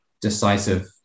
decisive